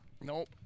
Nope